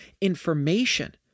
information